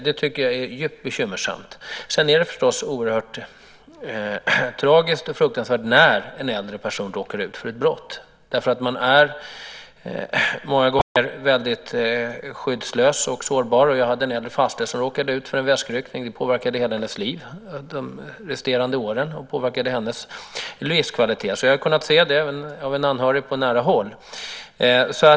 Det tycker jag är djupt bekymmersamt. Sedan är det förstås oerhört tragiskt och fruktansvärt när en äldre person råkar ut för ett brott. Man är många gånger väldigt skyddslös och sårbar. Jag hade en äldre faster som råkade ut för en väskryckning. Det påverkade hela hennes liv de resterande åren och påverkade hennes livskvalitet. Jag har alltså kunnat se det hos en anhörig på nära håll.